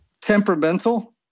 temperamental